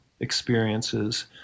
Experiences